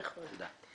תודה.